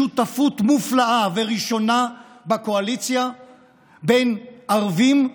שותפות מופלאה וראשונה בקואליציה בין ערבים,